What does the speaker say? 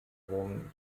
rom